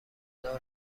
خدا